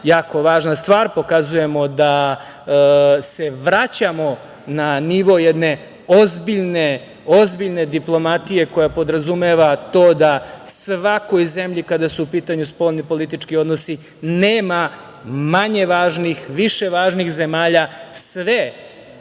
Jako važna stvar. Pokazujemo da se vraćamo na nivo jedne ozbiljne diplomatije koja podrazumeva to da svakoj zemlji kada su u pitanju spoljni politički odnosi nema manje važnih, više važnih zemalja. Sve